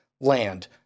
land